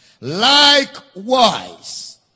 Likewise